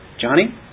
Johnny